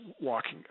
walking